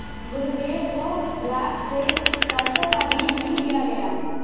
गुरुदेव को ब्लॉक से सरसों का बीज नहीं दिया गया